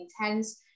intense